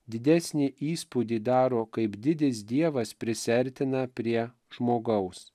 didesnį įspūdį daro kaip didis dievas prisiartina prie žmogaus